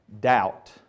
doubt